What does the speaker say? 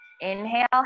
Inhale